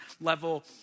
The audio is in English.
level